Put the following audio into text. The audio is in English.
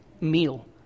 meal